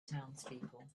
townspeople